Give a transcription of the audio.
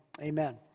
Amen